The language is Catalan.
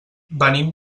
venim